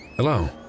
Hello